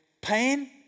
pain